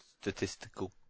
statistical